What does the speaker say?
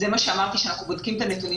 זה מה שאמרתי שאנחנו בודקים כרגע את הנתונים